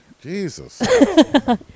Jesus